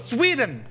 Sweden